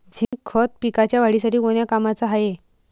Zinc खत पिकाच्या वाढीसाठी कोन्या कामाचं हाये?